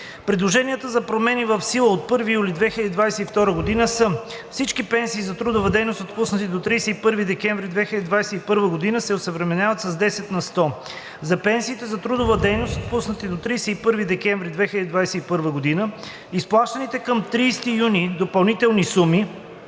Предложенията за промени в сила от 1 юли 2022 г. са: - Всички пенсии за трудова дейност, отпуснати до 31 декември 2021 г., се осъвременяват с 10 на сто; - За пенсиите за трудова дейност, отпуснати до 31 декември 2021 г., изплащаните към 30 юни допълнителни суми